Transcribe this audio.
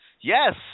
Yes